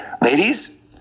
Ladies